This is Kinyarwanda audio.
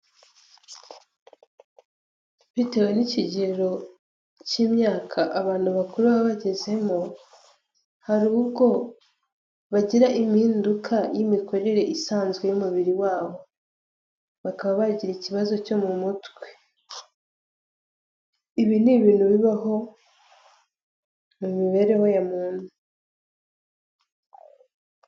Bitewe n'ikigero cy'imyaka abantu bakuru baba bagezemo hari ubwo bagira impinduka mu imikorere isanzwe y'umubiri wabo bakaba bagira ikibazo mu mutwe, ibi ni ibintu bibaho mu mibereho ya muntu.